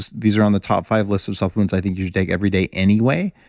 these are on the top five lists of supplements i think you should take every day, anyway.